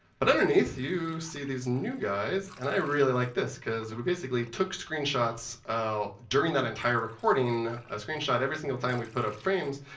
but underneath, you see these new guys. and i really like this, because we basically took screenshots ah during that entire recording, a screenshot every single time we put up frames.